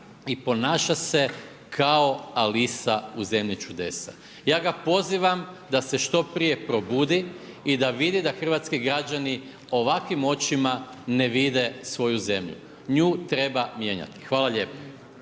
i ponaša se kao Alisa u Zemlji čuda. Ja ga pozivam da se što prije probudi i da vidi da hrvatski građanima ovakvim očima ne vide svoju zemlju. Nju treba mijenjati. Hvala lijepo.